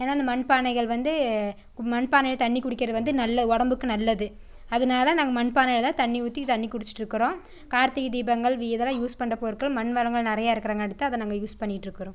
ஏன்னா அந்த மண்பானைகள் வந்து மண்பானையில் தண்ணி குடிக்கிறது வந்து நல்ல உடம்புக்கு நல்லது அதனால நாங்கள் மண்பானையில்தான் தண்ணி ஊற்றி தண்ணி குடிச்சிட்டுருக்குறோம் கார்த்திகை தீபங்கள் இதெலாம் யூஸ் பண்ணுற பொருட்கள் மண்வளங்கள் நிறையா இருக்கிறங்காட்டிக்கு தான் அதை நாங்கள் யூஸ் பண்ணிட்டுருக்குறோம்